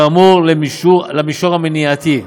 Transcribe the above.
כאמור, למישור המניעתי,